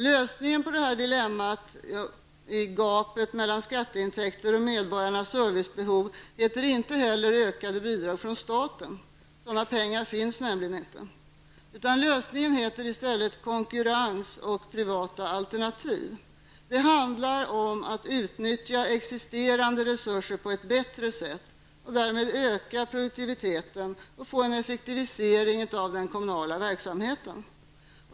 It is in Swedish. Lösningen på dilemmat med gapet mellan skatteintäkter och medborgarnas servicebehov heter inte heller ökade bidrag från staten. Sådana pengar finns nämligen inte. Lösningen heter i stället konkurrens och privata alternativ. Det handlar om att utnyttja existerande resurser på ett bättre sätt och därmed öka produktiviteten och få en effektivisering av den kommunala verksamheten.